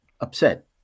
upset